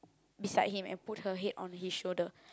beside him and put her head on his shoulder